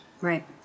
Right